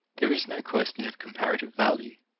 there is no question of comparative value,